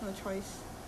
so far